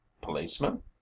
policeman